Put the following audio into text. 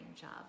job